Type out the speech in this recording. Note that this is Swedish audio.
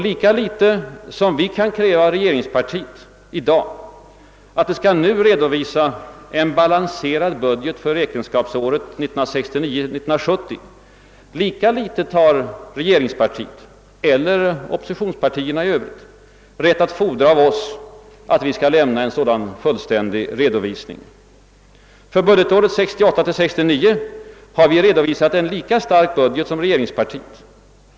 Lika litet som vi kan kräva av regeringspartiet att det i dag skall redovisa en balanserad budget för räkenskapsåret 1969 69 har vi redovisat en lika stark budget som regeringspartiet.